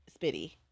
Spitty